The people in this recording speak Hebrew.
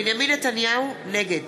נתניהו, נגד